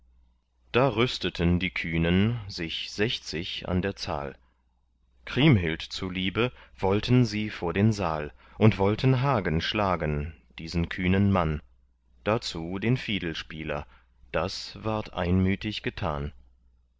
da rüsteten die kühnen sich sechzig an der zahl kriemhild zuliebe wollten sie vor den saal und wollten hagen schlagen diesen kühnen mann dazu den fiedelspieler das ward einmütig getan